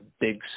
big